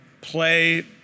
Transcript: play